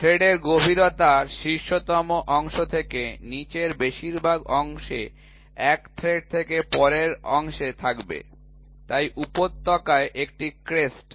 thread এর গভীরতা শীর্ষতম অংশ থেকে নীচের বেশিরভাগ অংশে এক থ্রেড থেকে পরের অংশে থাকবে তাই উপত্যকায় একটি ক্রেস্ট